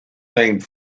named